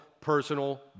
personal